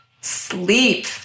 Sleep